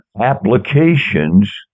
applications